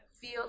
feel